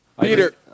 Peter